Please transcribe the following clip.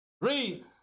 read